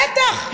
בטח,